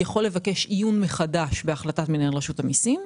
יכול לבקש עיון מחדש בהחלטת מנהל רשות המסים.